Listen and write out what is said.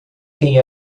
quem